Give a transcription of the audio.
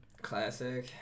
Classic